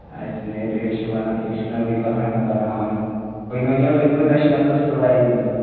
ہاے تُہۍ حظ چھُو وَنان تُہۍ حظ چھُو نوٚوٕے بہانہٕ بناوان وۅنۍ ؤنِو حظ وۅنۍ کوٗتاہ چھُ مےٚ قسطہٕ وایِز دیُن